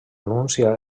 anuncia